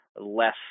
less